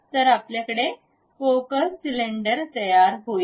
तर आपल्याकडे पोकळ सिलिंडर तयार होईल